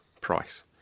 price